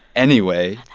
anyway,